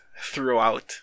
throughout